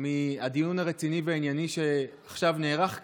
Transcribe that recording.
מהדיון הרציני והענייני שעכשיו נערך כאן,